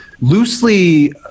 loosely